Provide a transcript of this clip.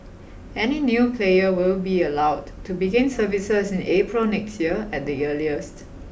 any new player will be allowed to begin services in April next year at the earliest